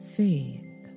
faith